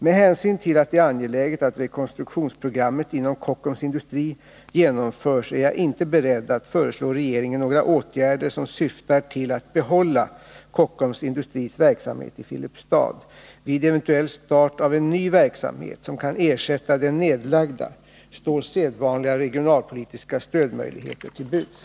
Med hänsyn till att det är angeläget att rekonstruktionsprogrammet inom Kockums Industri genomförs är jag inte beredd att föreslå regeringen några åtgärder som syftar till att behålla Kockums Industris verksamhet i Filipstad. Vid eventuell start av en ny verksamhet, som kan ersätta den nedlagda, står sedvanliga regionalpolitiska stödmöjligheter till buds.